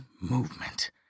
movement